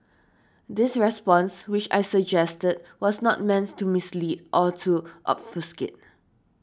this response which I suggested was not means to mislead or to obfuscate